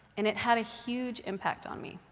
and it had a huge impact on me.